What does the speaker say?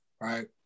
right